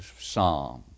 Psalm